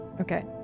Okay